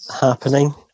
happening